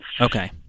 Okay